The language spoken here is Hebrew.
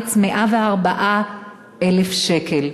בארץ 104,000 שקל.